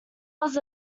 was